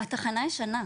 התחנה ישנה,